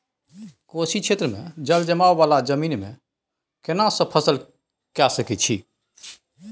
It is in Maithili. कोशी क्षेत्र मे जलजमाव वाला जमीन मे केना सब फसल के सकय छी?